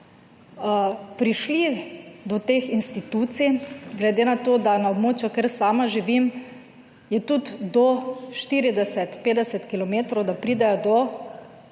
prišli do teh institucij, glede na to, da je na območju, ker sama živim, tudi do 40, 50 kilometrov, da pridejo do